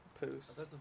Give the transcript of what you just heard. Post